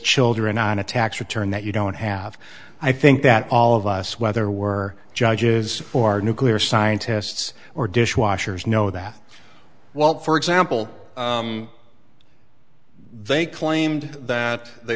children on a tax return that you don't have i think that all of us whether we're judges or nuclear scientists or dishwashers know that while for example they claimed that they